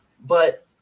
But-